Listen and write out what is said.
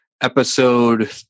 episode